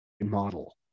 model